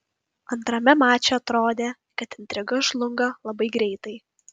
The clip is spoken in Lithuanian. antrame mače atrodė kad intriga žlunga labai greitai